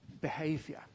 behavior